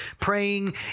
praying